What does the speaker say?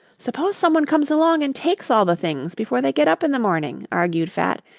suppose someone comes along and takes all the things before they get up in the morning? argued fat.